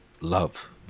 love